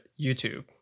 YouTube